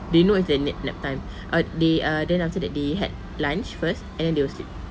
they know it's their na~ naptime uh they uh then after that they had lunch first then they will sleep